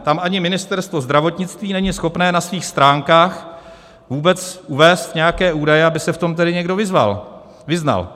Tam ani Ministerstvo zdravotnictví není schopno na svých stránkách vůbec uvést nějaké údaje, aby se v tom tedy někdy vyznal.